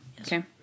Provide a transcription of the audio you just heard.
Okay